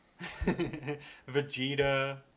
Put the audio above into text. Vegeta